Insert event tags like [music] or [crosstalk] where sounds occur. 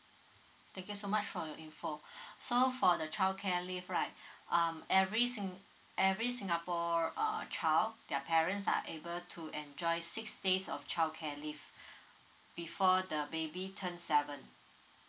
thank you so much for your info [breath] so for the childcare leave right [breath] um every sing every singapore uh child their parents are able to enjoy six days of childcare leave [breath] before the baby turn seven